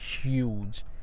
huge